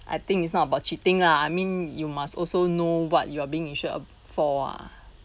I think it's not about cheating lah I mean you must also know what you're being insured uh for ah